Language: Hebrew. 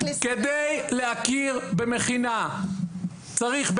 כדי להכיר במכינה צריך,